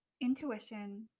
intuition